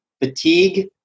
fatigue